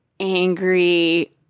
angry